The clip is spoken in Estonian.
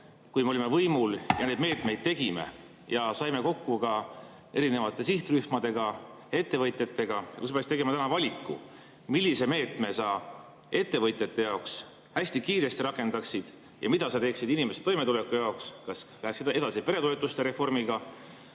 kui me olime võimul ja neid meetmeid tegime ja saime kokku ka erinevate sihtrühmadega, ettevõtjatega, ja kui sa peaksid tegema täna valiku, siis millise meetme sa ettevõtjate jaoks hästi kiiresti rakendaksid? Ja mida sa teeksid inimeste toimetuleku jaoks: kas läheksid edasi peretoetuste reformiga